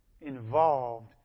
involved